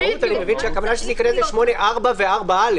במהות אני מבין שהכוונה שזה ייכנס ל-8(4) ו-(4א).